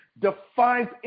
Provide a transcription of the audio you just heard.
defines